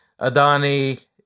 Adani